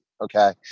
Okay